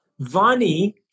Vani